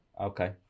Okay